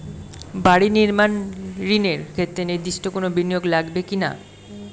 বাড়ি নির্মাণ ঋণের ক্ষেত্রে নির্দিষ্ট কোনো বিনিয়োগ লাগবে কি না?